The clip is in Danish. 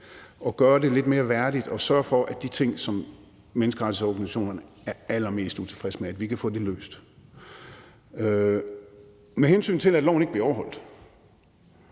og gøre det lidt mere værdigt og sørge for, at de ting, som menneskerettighedsorganisationerne er allermest utilfredse med, kan blive løst. Med hensyn til at loven ikke bliver overholdt